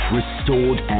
restored